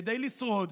כדי לשרוד,